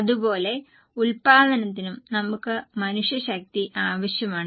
അതുപോലെ ഉൽപാദനത്തിനും നമുക്ക് മനുഷ്യശക്തി ആവശ്യമാണ്